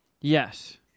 yes